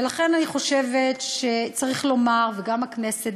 ולכן אני חושבת שצריך לומר וגם הכנסת,